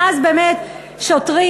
ואז באמת שוטרים,